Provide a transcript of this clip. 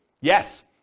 Yes